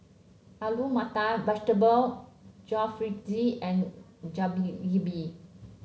Alu Matar Vegetable Jalfrezi and